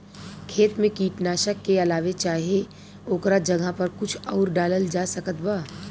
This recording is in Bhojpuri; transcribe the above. खेत मे कीटनाशक के अलावे चाहे ओकरा जगह पर कुछ आउर डालल जा सकत बा?